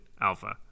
alpha